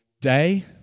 day